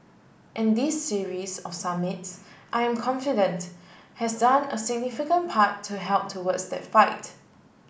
and this series of summits I am confident has done a significant part to help towards that fight